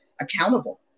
accountable